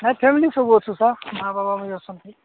ନାଇଁ ଫ୍ୟାମିଲି ସବୁ ଅଛୁ ସାର୍ ମାଆ ବାବା ବି ଅଛନ୍ତି